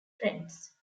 friends